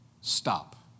Stop